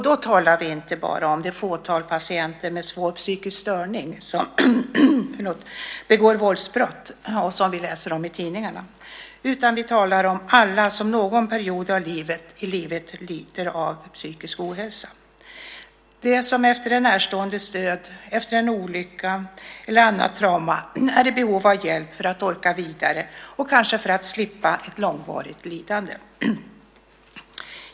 Då talar vi inte bara om det fåtal patienter med svår psykisk störning som begår våldsbrott och som vi läser om i tidningarna, utan vi talar om alla dem som under någon period av livet lider av psykisk ohälsa, om dem som efter en närståendes död, efter en trafikolycka eller annat trauma är i behov av hjälp för att orka vidare och kanske för att slippa ett långvarigt lidande.